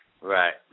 Right